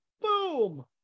Boom